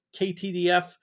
KTDF